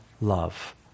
love